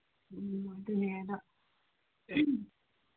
ꯎꯝ ꯑꯗꯨꯅꯦ ꯑꯗꯣ